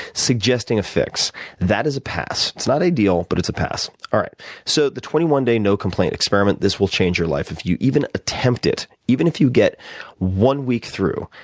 suggesting a fix that is a pass. it's not ideal but it's a pass. ah so the twenty one day no complaint experiment, this will change your life if you even attempt it. even if you get one week through,